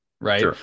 Right